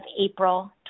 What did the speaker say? April